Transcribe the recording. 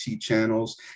channels